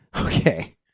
Okay